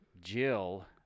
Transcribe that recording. Jill